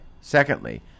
secondly